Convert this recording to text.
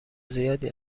زیادی